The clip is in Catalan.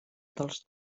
dels